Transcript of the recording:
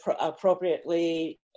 Appropriately